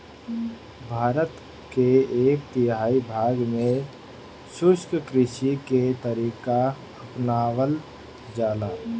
भारत के एक तिहाई भाग में शुष्क कृषि के तरीका अपनावल जाला